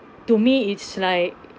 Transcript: to me it's like